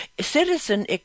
citizen